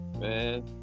Man